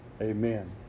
Amen